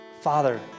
Father